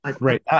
Right